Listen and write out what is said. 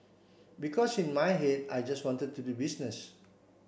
because in my head I just wanted to do business